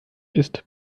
ist